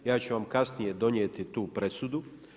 Ja ću vam kasnije donijeti tu presudu.